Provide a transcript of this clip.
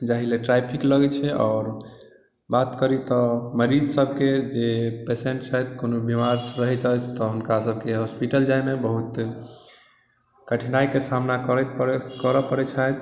जाहिलए traffic लगै छै आओर बात करी तऽ मरीज सबके जे पेशेन्ट छथि कोनो बीमार रहै छथि तऽ हुनका सबके हॉस्पिटल जाइमे बहुत कठिनाइके सामना करैत करऽ पड़ै छनि